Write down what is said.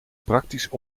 praktisch